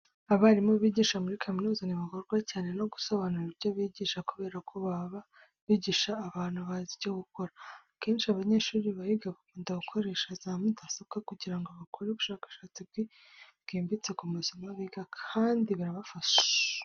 Abarimu bigisha muri kaminuza ntibagorwa cyane no gusobanura ibyo bigisha kubera ko baba bigisha abantu bazi icyo gukora. Akenshi abanyeshuri bahiga bakunda gukoresha za mudasobwa kugira ngo bakore ubushakashatsi bwimbitse ku masomo biga kandi birabafasha.